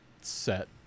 set